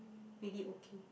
really okay